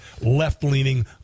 left-leaning